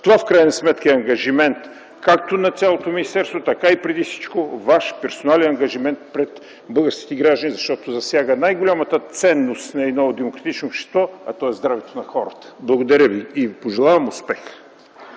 Това в крайна сметка е ангажимент както на цялото министерство, така преди всичко Ваш персонален ангажимент към българските граждани, защото засяга най-голямата ценност на едно демократично общество, а то е здравето на хората. Благодаря ви и ви пожелавам успех.